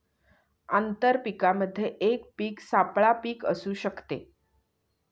आंतर पीकामध्ये एक पीक सापळा पीक असू शकते